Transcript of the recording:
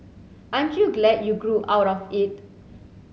aren't you glad you grew out of it